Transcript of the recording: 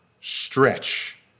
stretch